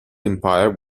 empire